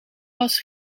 was